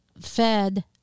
fed